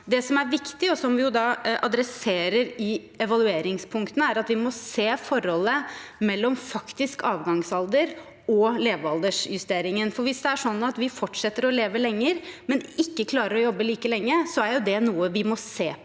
Det som er viktig, og som vi tar opp i evalueringspunktene, er at vi må se forholdet mellom faktisk avgangsalder og levealdersjusteringen, for hvis det er sånn at vi fortsetter å leve lenger, men ikke klarer å jobbe like lenge, er det noe vi må se på